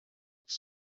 tas